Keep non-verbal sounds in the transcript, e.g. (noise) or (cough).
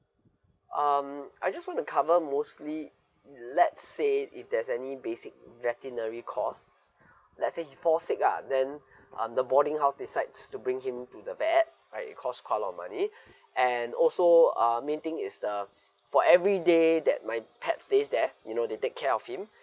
um I just want to cover mostly in let say if there's any basic veterinary cost let say he fall sick lah then um the boarding house decides to bring him to the vet right it cost quite a lot of money (breath) and also um main thing is the for every day that my pet says there you know they take care of him